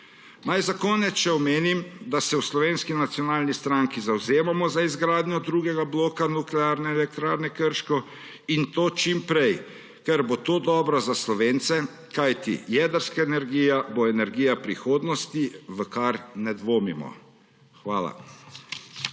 Naj za konec še omenim, da se v Slovenski nacionalni stranki zavzemamo za izgradnjo drugega bloka Nuklearne elektrarne Krško in to čim prej, ker bo to dobro za Slovence, kajti jedrska energija bo energija prihodnosti, v kar ne dvomimo. Hvala.